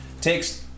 takes